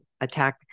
attack